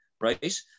Right